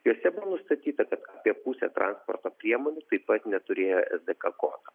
jose nustatyta kad apie pusė transporto priemonių taip pat neturėjo es dė ka